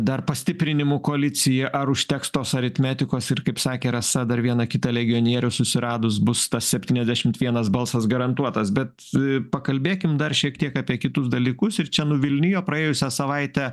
dar pastiprinimų koalicija ar užteks tos aritmetikos ir kaip sakė rasa dar vieną kitą legionierių susiradus bus tas septyniasdešimt vienas balsas garantuotas bet pakalbėkim dar šiek tiek apie kitus dalykus ir čia nuvilnijo praėjusią savaitę